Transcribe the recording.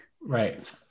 Right